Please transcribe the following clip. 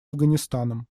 афганистаном